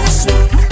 sweet